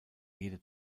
jede